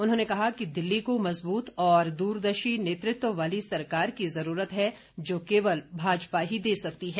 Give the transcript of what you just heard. उन्होंने कहा कि दिल्ली को मजबूत और द्रदर्शी नेतृत्व वाली सरकार की जरूरत है जो केवल भाजपा ही दे सकती है